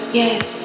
yes